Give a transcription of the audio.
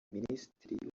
minisitiri